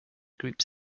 groups